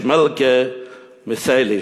ר' שמעלקא מסֵעליש.